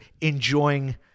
enjoying